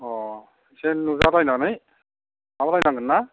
अ एसे नुजाबायनानै माबालायनांगोन ना